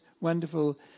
wonderful